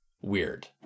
weird